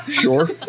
sure